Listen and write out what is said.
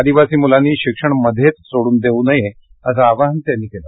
आदिवासी मुलांनी शिक्षण मध्येच सोडून देऊ नये असं आवाहन त्यांनी केलं